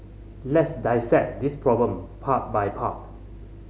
let's dissect this problem part by part